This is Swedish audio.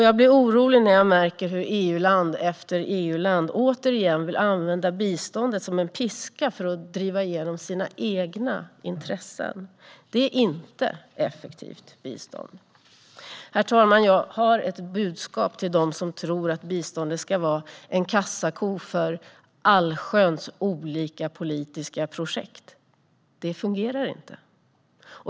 Jag blir orolig när jag märker hur EU-land efter EU-land återigen vill använda biståndet som en piska för att driva igenom sina egna intressen. Detta är inget effektivt bistånd. Herr talman! Jag har ett budskap till dem som tror att biståndet ska vara en kassako för allsköns olika politiska projekt: Det fungerar inte.